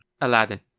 Aladdin